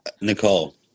Nicole